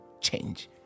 change